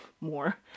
more